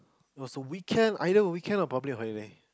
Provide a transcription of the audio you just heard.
it was a weekend either on weekend or public holiday